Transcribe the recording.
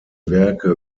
werke